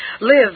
Live